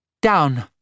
Down